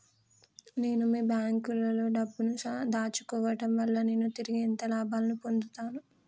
నేను మీ బ్యాంకులో డబ్బు ను దాచుకోవటం వల్ల నేను తిరిగి ఎంత లాభాలు పొందుతాను?